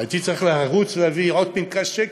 הייתי צריך לרוץ להביא עוד פנקס צ'קים,